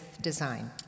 design